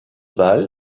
val